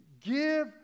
Give